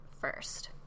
first